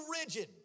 rigid